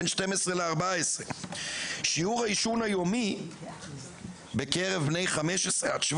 בין 12-14. שיעור העישון היומי בקרב בני 15-17